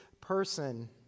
person